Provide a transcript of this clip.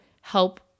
help